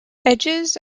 edges